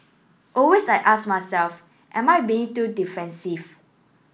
always I ask myself am I being too defensive